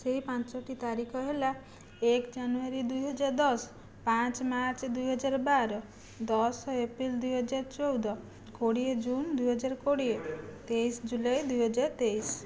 ସେହି ପାଞ୍ଚଟି ତାରିଖ ହେଲା ଏକ ଜାନୁଆରୀ ଦୁଇହଜାର ଦଶ ପାଞ୍ଚ ମାର୍ଚ୍ଚ ଦୁଇହଜାର ବାର ଦଶ ଏପ୍ରିଲ ଦୁଇହଜାର ଚଉଦ କୋଡ଼ିଏ ଜୁନ୍ ଦୁଇହଜାର କୋଡ଼ିଏ ତେଇଶ ଜୁଲାଇ ଦୁଇହଜାର ତେଇଶ